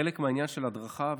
חלק מהעניין של הדרכה,